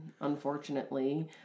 unfortunately